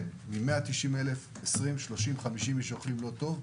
מתוך ---, אם כמה מספר אנשים אוכלים לא טוב,